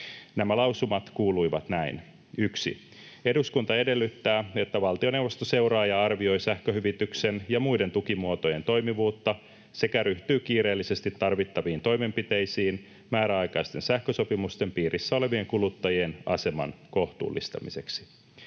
Nämä lausumat kuuluivat näin: ”1. Eduskunta edellyttää, että valtioneuvosto seuraa ja arvioi sähköhyvityksen ja muiden tukimuotojen toimivuutta sekä ryhtyy kiireellisesti tarvittaviin toimenpiteisiin määräaikaisten sähkösopimusten piirissä olevien kuluttajien aseman kohtuullistamiseksi.”